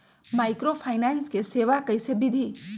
Microfinance के सेवा कइसे विधि?